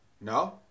No